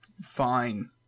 fine